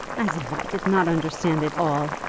as if i did not understand it all!